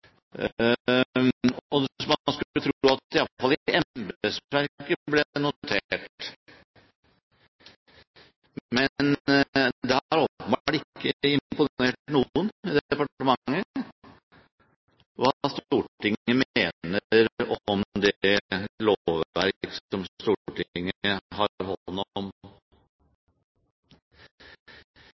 og man skulle tro at det i hvert fall i embetsverket ble notert. Men det har åpenbart ikke imponert noen i departementet hva Stortinget mener om det lovverk som Stortinget har hånd om.